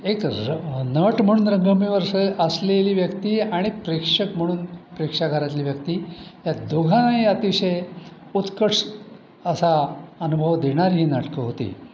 एक र नट म्हणून रंगमेवरचं असलेली व्यक्ती आणि प्रेक्षक म्हणून प्रेक्षाघरातली व्यक्ती या दोघांनाही अतिशय उत्कट असा अनुभव देणारी ही नाटकं होती